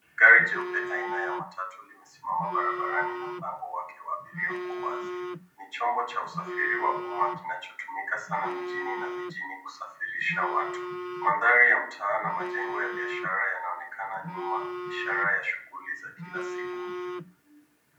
Gari jeupe aina ya matatu limesimama barabarani na mlango wake wa abiria uko wazi. Ni chombo cha usafiri wa umma kinachotumika sana mjini na vijini kusafirisha watu. Mandhari ya mtaa na majengo ya biashara yanaonekana nyuma ishara ya shughuli za kila siku.